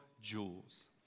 jewels